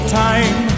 time